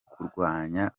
kurwanya